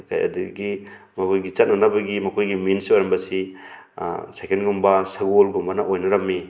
ꯑꯗꯒꯤ ꯃꯈꯣꯏꯒꯤ ꯆꯠꯅꯅꯕꯒꯤ ꯃꯈꯣꯏꯒꯤ ꯃꯤꯟꯁ ꯑꯣꯏꯔꯝꯕꯁꯤ ꯁꯥꯏꯀꯜꯒꯨꯝꯕ ꯁꯒꯣꯜꯒꯨꯝꯕꯅ ꯑꯣꯏꯅꯔꯝꯃꯤ